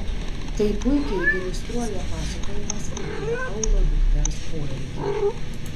tai puikiai iliustruoja pasakojimas apie aulo dukters poelgį